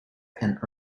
and